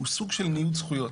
סוג של ניוד זכויות.